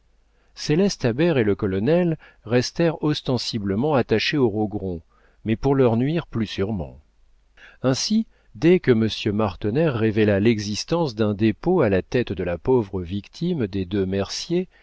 céleste habert et le colonel restèrent ostensiblement attachés aux rogron mais pour leur nuire plus sûrement ainsi dès que monsieur martener révéla l'existence d'un dépôt à la tête de la pauvre victime des deux merciers